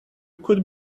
could